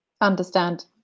understand